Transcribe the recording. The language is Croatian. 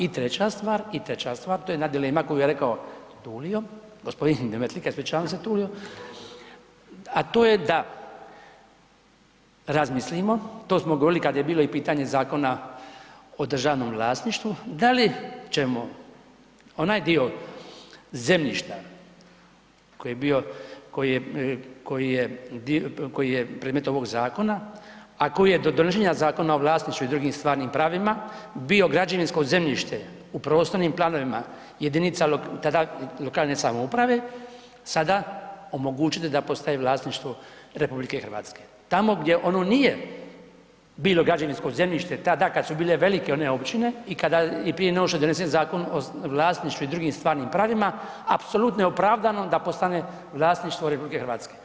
I treća stvar, to je ona dilema koju je rekao Tulio, g. Demetlika, ispričavam se Tulio, a to je da razmislimo, to smo govorili kad je bilo i pitanje Zakona o državnom vlasništvu, da li ćemo onaj dio zemljišta koji je predmet ovog zakona, a koji je do donošenja Zakona o vlasništvu i drugim stvarnim pravima, bio građevinsko zemljište u prostornim planovima jedinica tada lokalne samouprave, sada omogućiti da postaje vlasništvo RH, tamo gdje ono nije bilo građevinsko zemljište, tada kad su bile velike one općine i kada i prije nego što je donesen Zakon o vlasništvu i drugim stvarnim pravima, apsolutno je opravdano da postane vlasništvo RH.